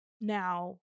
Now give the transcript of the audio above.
Now